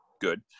Good